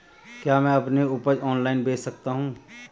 क्या मैं अपनी उपज ऑनलाइन बेच सकता हूँ?